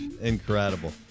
Incredible